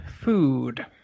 food